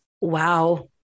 Wow